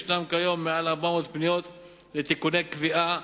כיום יש מעל 400 פניות לתיקוני קביעה,